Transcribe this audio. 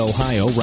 Ohio